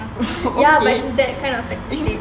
ya is that kind of